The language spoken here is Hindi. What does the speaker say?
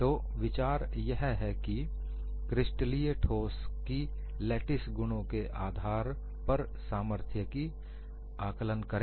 तो विचार यह है कि क्रिस्टलीय ठोस की लेटिस गुणों के आधार पर सामर्थ्य का आकलन करें